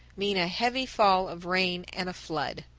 mean a heavy fall of rain and a flood.